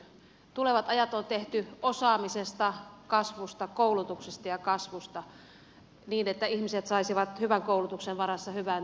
tulevat ajat on tehty osaamisesta kasvusta koulutuksesta ja kasvusta niin että ihmiset saisivat hyvän koulutuksen varassa hyvän työpaikan